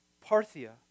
Parthia